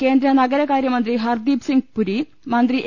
കേന്ദ്ര നഗരകാര്യമന്ത്രി ഹർദീപ്സിംഗ് പുരി മന്ത്രി എ